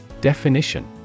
Definition